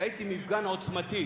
ראיתי מפגן עוצמתי